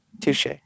touche